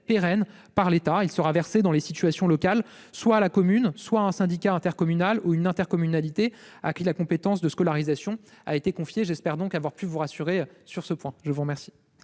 pérenne. Il sera versé, selon les situations locales, soit à la commune, soit à un syndicat intercommunal ou à une intercommunalité, à qui la compétence de scolarisation a été confiée. J'espère vous avoir rassurée sur ce point. La parole